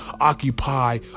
occupy